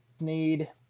need